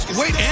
wait